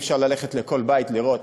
ואי-אפשר ללכת לכל בית לראות,